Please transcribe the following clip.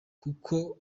kuko